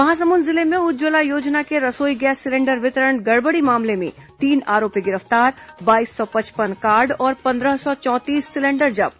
महासमुंद जिले में उज्जवला योजना के रसोई गैस सिलेंडर वितरण गड़बड़ी मामले में तीन आरोपी ने गिरफ्तार बाईस सौ पचपन कार्ड और पंद्रह सौ चौंतीस सिलेंडर जब्त